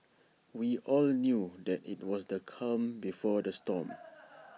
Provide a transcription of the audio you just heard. we all knew that IT was the calm before the storm